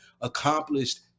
accomplished